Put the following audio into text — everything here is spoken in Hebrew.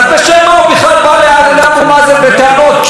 אז בשם מה הוא בכלל בא לאבו מאזן בטענות,